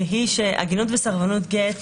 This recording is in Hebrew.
והיא שעגינות וסרבנות גט,